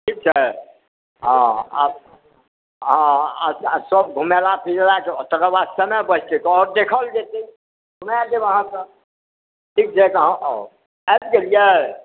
ठीक छै हँ आब हँ सभ घुमेला फिरैलाके तकर बाद जखन समय बचतै तऽ आओर देखल जेतै घुमाए देब अहाँके ठीक छै अहाँ आउ आबि गेलियै